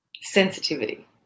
sensitivity